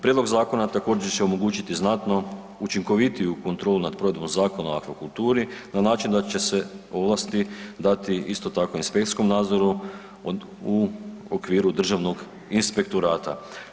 Prijedlog zakona također će omogućiti znatno učinkovitiju kontrolu nad provedbom Zakona o akvakulturi na način da će se ovlasti dati isto tako inspekcijskom nazoru u okviru državnog inspektorata.